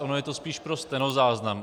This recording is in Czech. Ono je to spíše pro stenozáznam.